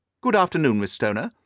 good-afternoon, miss stoner.